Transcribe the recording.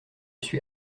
suis